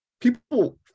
People